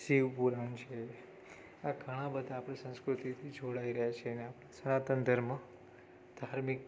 શિવ પુરાણ છે આ ઘણાં બધા આપણી સંસ્કૃતિથી જોડાઇ રહે છે અને સનાતન ધર્મ ધાર્મિક